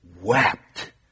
Wept